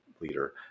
leader